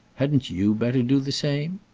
hadn't you better do the same?